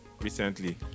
recently